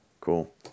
cool